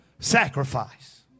Sacrifice